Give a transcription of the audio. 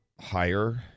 higher